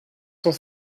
cent